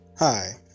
Hi